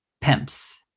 pimps